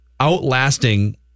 outlasting